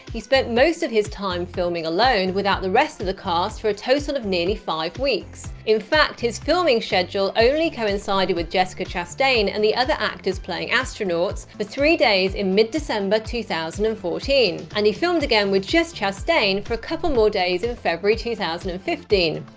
he spent most of his time filming alone, without the rest of the cast, for a total of nearly five weeks. in fact, his filming schedule only coincided with jessica chastain and the other actors playing astronauts for three days in mid-december two thousand and fourteen. and he filmed again with just chastain for a couple more days in february two thousand and fifteen.